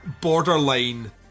borderline